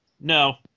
No